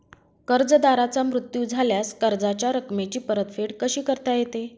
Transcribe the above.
कर्जदाराचा मृत्यू झाल्यास कर्जाच्या रकमेची परतफेड कशी करता येते?